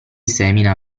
semina